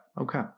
okay